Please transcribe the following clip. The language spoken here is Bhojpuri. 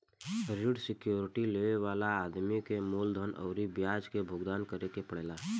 ऋण सिक्योरिटी लेबे वाला आदमी के मूलधन अउरी ब्याज के भुगतान करे के पड़ेला